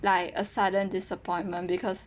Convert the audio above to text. like a sudden disappointment because